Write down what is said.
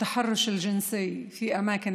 מינית במקומות